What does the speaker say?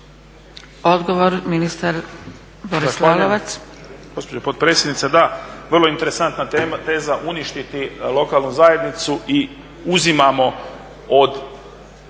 repliku ministar Boris Lalovac.